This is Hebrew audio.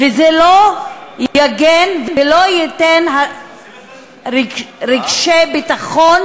וזה לא יגן ולא ייתן תחושת ביטחון